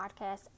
podcast